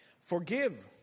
Forgive